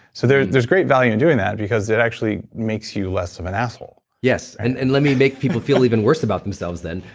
so there's there's great value in doing that because it actually makes you less of an asshole yes, and and let me make people feel even worse about themselves then.